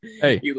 hey